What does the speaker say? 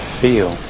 feel